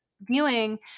viewing